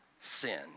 sin